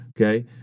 Okay